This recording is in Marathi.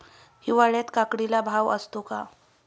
हिवाळ्यात काकडीला भाव असतो का?